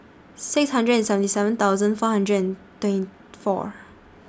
six hundred and seventy seven thousand four hundred and twenty four